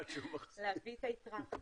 להביא את היתרה.